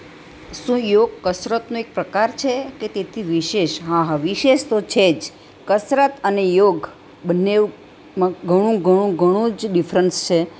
શું યોગ કસરતનો એક પ્રકાર છે કે તેથી વિશેષ હા હા વિશેષ તો છે જ કસરત અને યોગ બંનેમાં ઘણું ઘણું ઘણું જ ડીફરન્સ છે